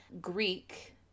Greek